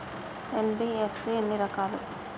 NBFC ఎన్ని రకాలు?